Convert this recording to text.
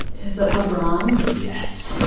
is it lebron? yes